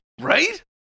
right